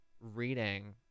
reading